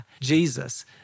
Jesus